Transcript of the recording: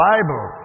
Bible